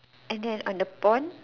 and then on the pond